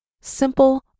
simple